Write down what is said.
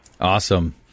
Awesome